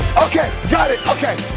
okay, got it, okay,